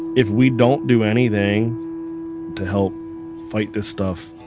if we don't do anything to help fight this stuff,